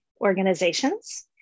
organizations